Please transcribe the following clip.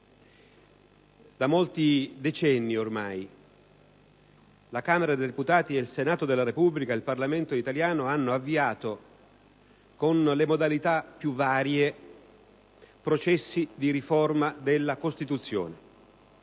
Da molti decenni ormai la Camera dei deputati e il Senato della Repubblica (cioè il Parlamento italiano) hanno avviato, con le modalità più varie, processi di riforma della Costituzione.